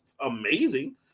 amazing